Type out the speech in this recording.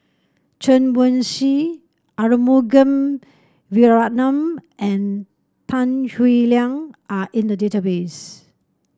Chen Wen Hsi Arumugam Vijiaratnam and Tan Howe Liang are in the database